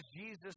Jesus